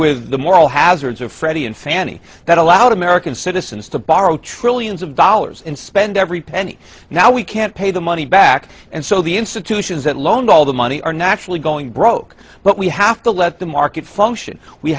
with the moral hazards of freddie and fannie that allowed american citizens to borrow trillions of dollars and spend every penny now we can't pay the money back and so the institutions that loaned all the money are now actually going broke but we have to let the market function we